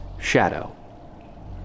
shadow